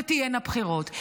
ותהיינה בחירות.